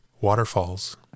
Waterfalls